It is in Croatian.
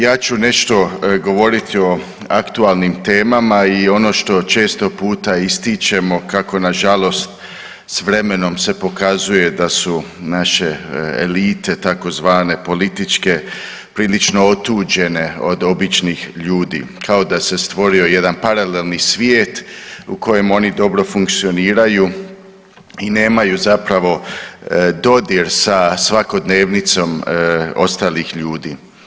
Ja ću nešto govoriti o aktualnim temama i ono što često puta ističemo kako nažalost s vremenom se pokazuje da su naše elite tzv. političke prilično otuđene od običnih ljudi kao da se stvorio jedan paralelni svijet u kojem oni dobro funkcioniraju i nemaju zapravo dodir sa svakodnevnicom ostalih ljudi.